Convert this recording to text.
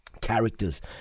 characters